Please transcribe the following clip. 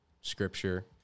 scripture